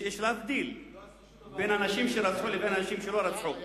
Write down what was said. יש להבדיל בין אנשים שרצחו לבין אנשים שלא רצחו.